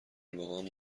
واقع